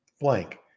blank